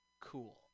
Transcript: Cool